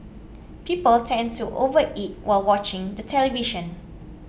people tend to overeat while watching the television